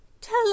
Tell